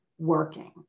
Working